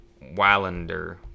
Wallander